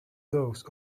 those